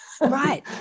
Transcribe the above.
right